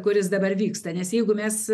kuris dabar vyksta nes jeigu mes